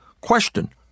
Question